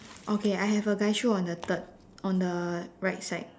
okay I have a guy shoe on the third on the right side